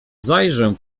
zajrzę